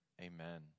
Amen